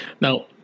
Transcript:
Now